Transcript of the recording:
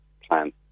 plan